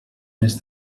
més